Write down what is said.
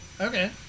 Okay